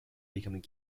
becoming